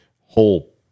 whole